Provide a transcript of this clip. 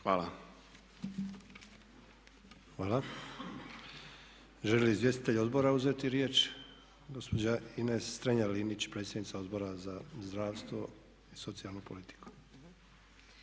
(HDZ)** Hvala. Žele li izvjestitelji odbora uzeti riječ? Gospođa Ines Strenja-Linić, predsjednica Odbora za zdravstvo i socijalnu politiku.